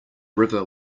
river